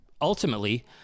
ultimately